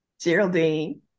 Geraldine